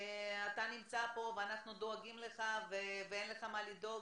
אתה נמצא פה ואנחנו דואגים לך ואין לך מה לדאוג,